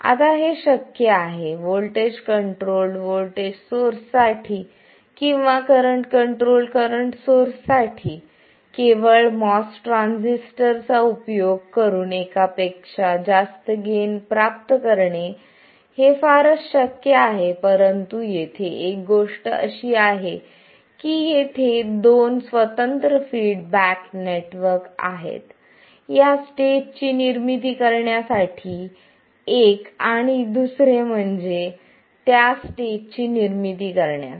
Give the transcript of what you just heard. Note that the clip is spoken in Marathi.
आता हे शक्य आहे व्होल्टेज कंट्रोल्ड व्होल्टेज सोर्स साठी किंवा करंट कंट्रोल्ड करंट सोर्स साठी केवळ MOS ट्रान्झिस्टरचा उपयोग करून एकापेक्षा जास्त गेन प्राप्त करणे फारच शक्य आहे परंतु येथे एक गोष्ट अशी आहे की येथे दोन स्वतंत्र फीडबॅक नेटवर्क आहेत या स्टेज ची निर्मिती करण्यासाठी एक आणि दुसरे म्हणजे त्या स्टेज ची निर्मिती करण्यासाठी